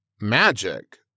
magic